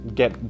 get